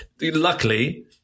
Luckily